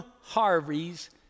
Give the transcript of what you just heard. Harvey's